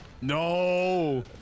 No